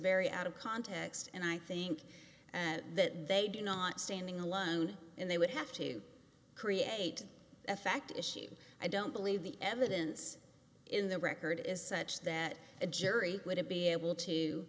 very out of context and i think that they do not standing alone and they would have to create a fact issue i don't believe the evidence in the record is such that a jury wouldn't be able to